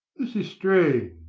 this is strange.